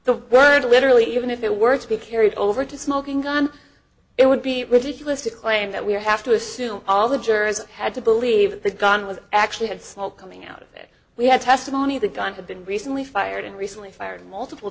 the word literally even if it were to be carried over to smoking gun it would be ridiculous to claim that we have to assume all the jurors had to believe that the gun was actually had smoke coming out of it we had testimony the gun had been recently fired and recently fired multiple